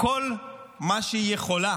כל מה שהיא יכולה